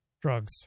Drugs